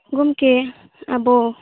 ᱜᱚᱢᱠᱮ ᱟᱵᱚ